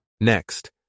Next